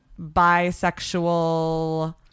bisexual